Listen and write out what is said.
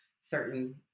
certain